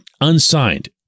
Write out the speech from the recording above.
unsigned